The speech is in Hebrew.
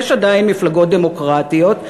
יש עדיין מפלגות דמוקרטיות,